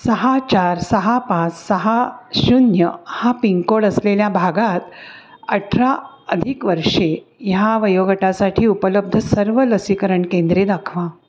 सहा चार सहा पाच सहा शून्य हा पिनकोड असलेल्या भागात अठरा अधिक वर्षे ह्या वयोगटासाठी उपलब्ध सर्व लसीकरण केंद्रे दाखवा